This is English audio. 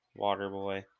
Waterboy